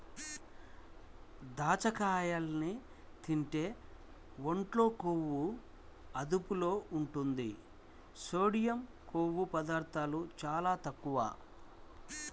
దాచ్చకాయల్ని తింటే ఒంట్లో కొవ్వు అదుపులో ఉంటది, సోడియం, కొవ్వు పదార్ధాలు చాలా తక్కువ